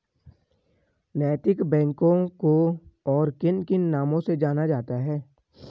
नैतिक बैंकों को और किन किन नामों से जाना जाता है?